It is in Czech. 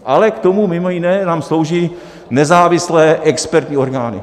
Ale k tomu mimo jiné nám slouží nezávislé expertní orgány.